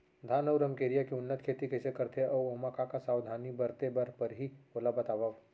धान अऊ रमकेरिया के उन्नत खेती कइसे करथे अऊ ओमा का का सावधानी बरते बर परहि ओला बतावव?